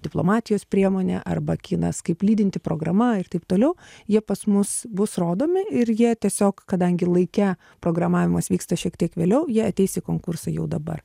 diplomatijos priemonė arba kinas kaip lydinti programa ir taip toliau jie pas mus bus rodomi ir jie tiesiog kadangi laike programavimas vyksta šiek tiek vėliau jie ateis į konkursą jau dabar